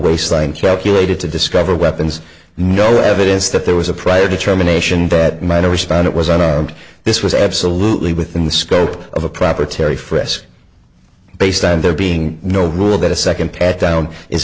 waistline calculated to discover weapons no evidence that there was a prior determination that might respond it was an armed this was absolutely within the scope of a proper terry frisk based on there being no rule that a second pat down is